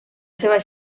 seva